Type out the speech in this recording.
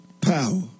power